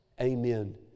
Amen